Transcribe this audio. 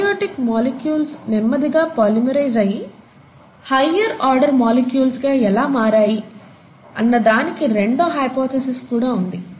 abiotic molecules నెమ్మదిగా polymerise అయ్యి higher order molecules గా ఎలా మారాయి అన్న దానికి రెండో హైపోథీసిస్ కూడా ఉంది